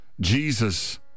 Jesus